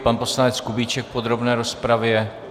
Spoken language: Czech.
Pan poslanec Kubíček v podrobné rozpravě.